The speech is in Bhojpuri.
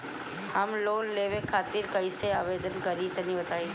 हम लोन लेवे खातिर कइसे आवेदन करी तनि बताईं?